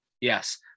Yes